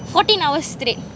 fourteen hours straight